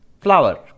Flower